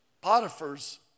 Potiphar's